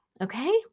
Okay